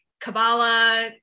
Kabbalah